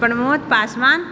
Pramod Paswan